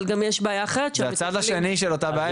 אבל גם יש בעיה אחרת זה הצד השני של אותה בעיה,